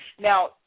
Now